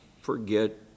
forget